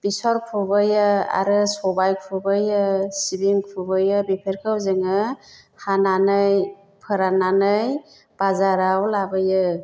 बिसर खुबैयो आरो सबाइ खुबैयो सिबिं खुबैयो बेफोरखौ जोङो हानानै फोराननानै बाजाराव लाबोयो